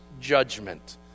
judgment